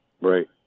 Right